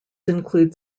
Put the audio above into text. include